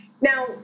now